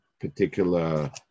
particular